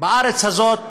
בארץ הזאת